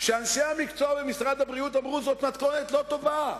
כשאנשי המקצוע במשרד הבריאות אמרו: זאת מתכונת לא טובה,